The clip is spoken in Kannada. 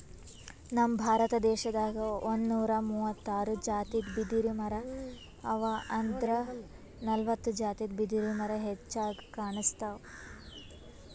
ನಮ್ ಭಾರತ ದೇಶದಾಗ್ ಒಂದ್ನೂರಾ ಮೂವತ್ತಾರ್ ಜಾತಿದ್ ಬಿದಿರಮರಾ ಅವಾ ಆದ್ರ್ ನಲ್ವತ್ತ್ ಜಾತಿದ್ ಬಿದಿರ್ಮರಾ ಹೆಚ್ಚಾಗ್ ಕಾಣ್ಸ್ತವ್